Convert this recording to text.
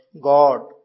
God